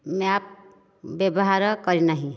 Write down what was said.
map ବ୍ୟବହାର କରିନାହିଁ